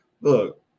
Look